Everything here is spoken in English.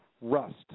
rust